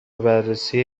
بررسی